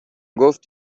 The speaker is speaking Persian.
گفت